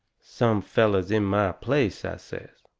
some fellers in my place, i says,